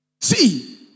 See